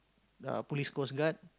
ah police coastguard